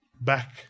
back